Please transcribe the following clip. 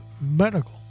medical